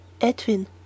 edwin